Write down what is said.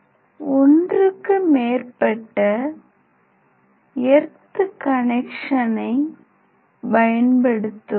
ஒன்றுக்கு மேற்பட்ட எர்த் கனெக்சனைப் பயன்படுத்துவதால்